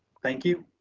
thank you.